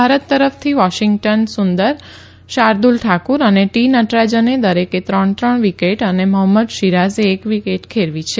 ભારત તરફથી વોશીગ્ટન શુંદર શાર્દ્દલ ઠાકુર અને ટી નટરાજને દરેકે ત્રણ ત્રણ વિકેટ અને મોફમ્મદ શીરાજે એક વિકેટ ખેરવી છે